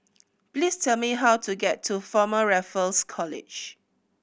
please tell me how to get to Former Raffles College